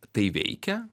tai veikia